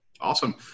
Awesome